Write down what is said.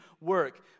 work